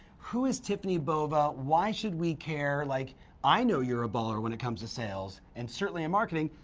who is tiffani bova, why should we care? like i know you're a baller when it comes to sales and certainly in marketing.